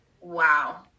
wow